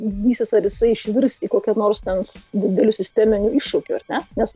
didysis ar jisai išvirs į kokią nors ten dideliu sisteminiu iššūkiu ar ne nes